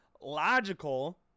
logical